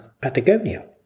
Patagonia